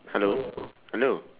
hello hello